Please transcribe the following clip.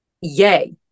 yay